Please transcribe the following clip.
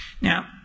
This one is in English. Now